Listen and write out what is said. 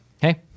hey